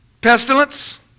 pestilence